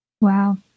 Wow